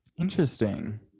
Interesting